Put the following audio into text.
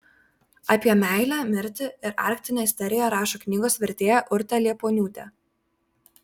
apie meilę mirtį ir arktinę isteriją rašo knygos vertėja urtė liepuoniūtė